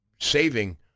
saving